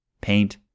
paint